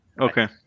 okay